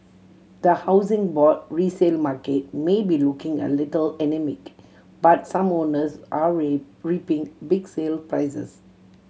the Housing Board resale market may be looking a little anaemic but some owners are reaping big sale prices